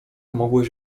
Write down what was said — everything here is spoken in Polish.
mogłeś